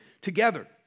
together